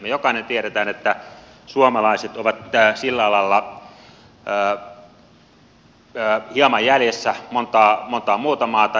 me jokainen tiedämme että suomalaiset ovat sillä alalla hieman jäljessä montaa muuta maata